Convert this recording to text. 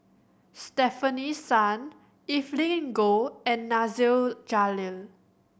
Stefanie Sun Evelyn Goh and Nasir Jalil